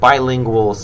Bilingual